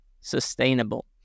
sustainable